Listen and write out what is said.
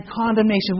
condemnation